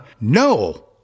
No